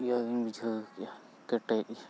ᱤᱭᱟᱹ ᱜᱤᱧ ᱵᱩᱡᱷᱟᱹᱣ ᱠᱮᱭᱟ ᱠᱮᱴᱮᱡ